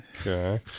Okay